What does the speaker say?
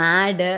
Mad